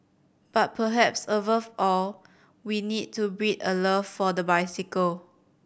but perhaps above all we need to breed a love for the bicycle